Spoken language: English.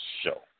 show